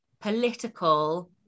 political